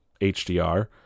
HDR